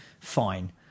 Fine